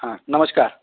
हां नमस्कार